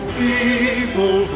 people